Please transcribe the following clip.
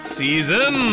season